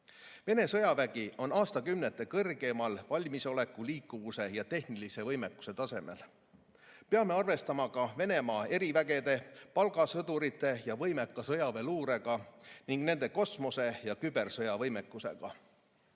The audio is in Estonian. Vene sõjavägi on aastakümnete kõrgeimal valmisoleku, liikuvuse ja tehnilise võimekuse tasemel. Peame arvestama ka Venemaa erivägede, palgasõdurite ja võimeka sõjaväeluurega ning nende kosmose- ja kübersõjavõimekusega.